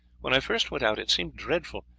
when i first went out it seemed dreadful,